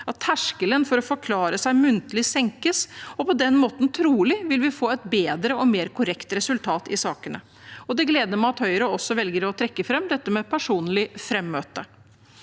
at terskelen for å forklare seg muntlig senkes. På den måten vil vi trolig få et bedre og mer korrekt resultat i sakene. Det gleder meg at Høyre også velger å trekke fram dette med personlig frammøte.